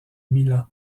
milan